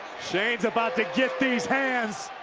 shane's about the gift these hands.